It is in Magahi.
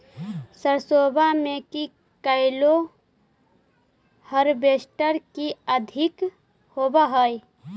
सरसोबा मे की कैलो हारबेसटर की अधिक होब है?